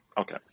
Okay